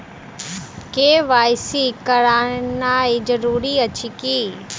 KYC करानाइ जरूरी अछि की?